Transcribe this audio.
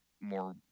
more